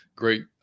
great